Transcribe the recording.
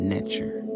Nature